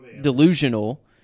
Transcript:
delusional